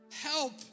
help